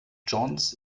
john’s